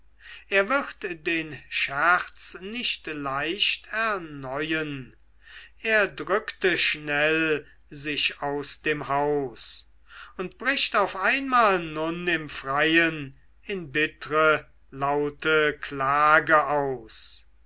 er wird den scherz nicht leicht erneuen er drückte schnell sich aus dem haus und bricht auf einmal nun im freien in bittre laute klagen aus